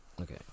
Okay